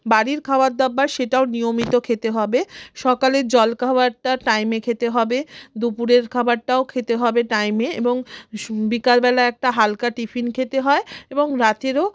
বাড়ির খাবার দাবার সেটাও নিয়মিত খেতে হবে সকালের জলখাবারটা টাইমে খেতে হবে দুপুরের খাবারটাও খেতে হবে টাইমে এবং বিকালবেলা একটা হালকা টিফিন খেতে হয় এবং রাত্রেও